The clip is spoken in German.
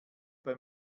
bei